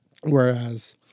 Whereas